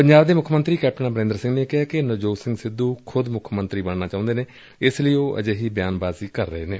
ਪੰਜਾਬ ਦੇ ਮੁੱਖ ਮੰਤਰੀ ਕੈਪਟਨ ਅਮਰਿੰਦਰ ਸਿੰਘ ਨੇ ਕਿਹੈ ਕਿ ਨਵਜੋਤ ਸਿੰਘ ਸਿੱਧੁ ਖੁਦ ਮੁੱਖ ਮੰਤਰੀ ਬਣਨਾ ਚਾਹੂੰਦੇ ਨੇ ਇਸ ਲਈ ਉਹ ਅਜਿਹੀ ਬਿਆਨਬਾਜ਼ੀ ਕਰ ਰਹੇ ਨੇ